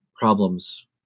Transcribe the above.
problems